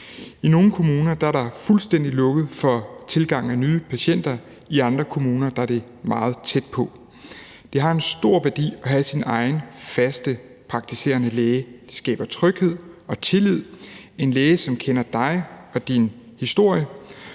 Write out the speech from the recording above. I nogle kommuner er der fuldstændig lukket for tilgang af nye patienter, i andre kommuner er det meget tæt på. Det har en stor værdi at have sin egen faste praktiserende læge. Det skaber tryghed og tillid, og en læge, som kender dig og din historie,